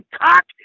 cock